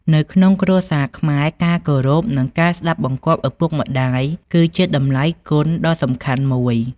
នៅក្នុងគ្រួសារខ្មែរ ការគោរព និងការស្តាប់បង្គាប់ឪពុកម្ដាយគឺជាតម្លៃគុណដ៏សំខាន់មួយ។